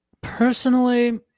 Personally